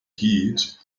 heed